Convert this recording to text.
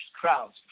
crowds